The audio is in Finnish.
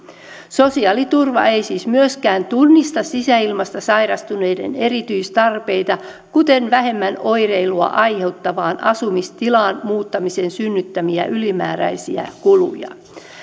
sosiaaliturva ei siis myöskään tunnista sisäilmasta sairastuneiden erityistarpeita kuten vähemmän oireilua aiheuttavaan asumistilaan muuttamisen synnyttämiä ylimääräisiä kuluja